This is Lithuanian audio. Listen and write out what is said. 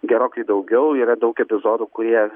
gerokai daugiau yra daug epizodų kurie